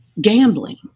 gambling